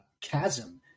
chasm